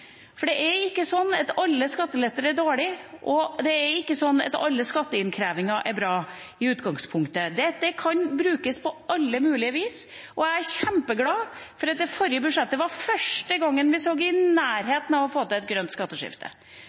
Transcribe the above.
for det er ikke sånn at alle skatteletter er dårlige, og det er ikke sånn at alle skatteinnkrevinger er bra – i utgangspunktet. Det kan brukes på alle mulige vis, og jeg er kjempeglad for at det forrige budsjettet var første gangen vi var i nærheten av å få til et grønt skatteskifte.